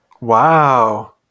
Wow